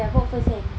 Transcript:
ya I bought first hand